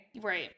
Right